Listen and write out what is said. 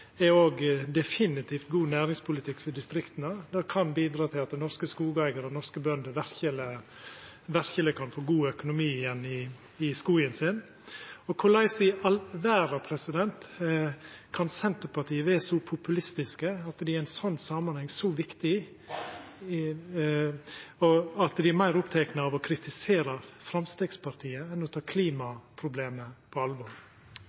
er òg definitivt god næringspolitikk for distrikta. Det kan bidra til at norske skogeigarar og norske bønder verkeleg kan få god økonomi igjen i skogen sin. Korleis i all verda kan Senterpartiet vera så populistisk at dei i ein slik samanheng som er så viktig, er meir opptekne av å kritisera Framstegspartiet enn å ta klimaproblemet på alvor?